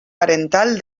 parental